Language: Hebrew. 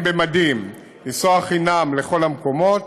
במדים לנסוע חינם לכל המקומות.